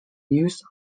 use